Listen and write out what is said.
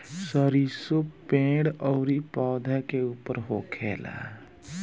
सरीसो पेड़ अउरी पौधा के ऊपर होखेला